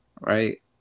right